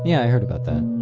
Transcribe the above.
yeah i heard about that.